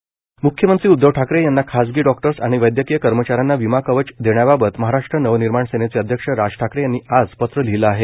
राज Thackeray Mumbai west मुख्यमंत्री उदधव ठाकरे यांना खासगी डॉक्टर्स आणि वैदयकीय कर्मचाऱ्यांना विमा कवच देण्याबाबत महाराष्ट् नवनिर्माण सेनेचे अध्यक्ष राज ठाकरे यांनी आज पत्र लिहिलं आहे